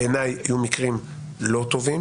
בעיניי היו מקרים לא טובים.